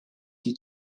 die